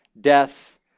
death